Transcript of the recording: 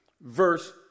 verse